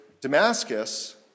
Damascus